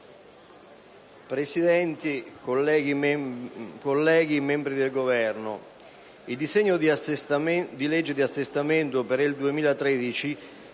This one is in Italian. Presidente, colleghi, membri del Governo, il disegno di legge di assestamento per il 2013